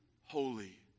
holy